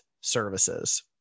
services